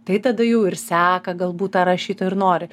tai tada jau ir seka galbūt tą rašytą ir nori